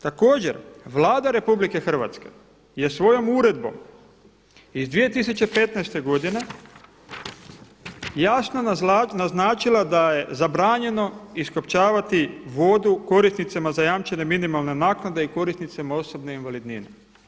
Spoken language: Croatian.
Također, Vlada RH je svojom uredbom iz 2015. godine jasno naznačila da je zabranjeno iskopčavati vodu korisnicima zajamčene minimalne naknade i korisnicima osobne invalidnine.